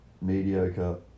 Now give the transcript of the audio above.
mediocre